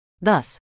Thus